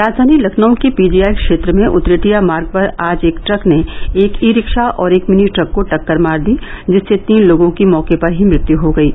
राजधानी लखनऊ के पीजीआई क्षेत्र में उतरेठिया मार्ग पर आज एक ट्रक ने एक ई रिक्षा और एक मिनी ट्रक को टक्कर मार दिया जिससे तीन लोगों की मौके पर ही मृत्यु हो गयी